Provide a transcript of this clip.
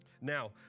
Now